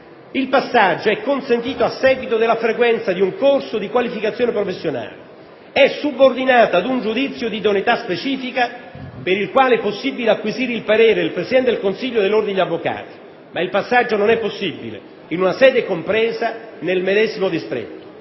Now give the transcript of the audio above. il passaggio è consentito a seguito della frequenza di un corso di qualificazione professionale, è subordinato ad un giudizio di idoneità specifica per il quale è possibile acquisire il parere del presidente del consiglio dell'ordine degli avvocati, ma il passaggio non è possibile in una sede compresa nel medesimo distretto;